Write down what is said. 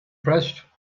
pressed